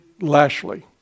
Lashley